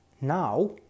now